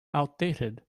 outdated